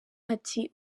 ati